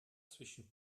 zwischen